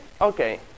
Okay